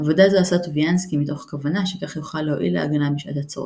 עבודה זו עשה טוביאנסקי מתוך כוונה שכך יוכל להועיל ל"הגנה" בשעת הצורך,